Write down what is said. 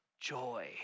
joy